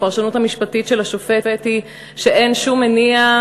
הפרשנות המשפטית של השופט היא שאין שום מניעה